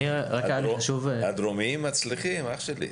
הדרומיים מצליחים, אח שלי.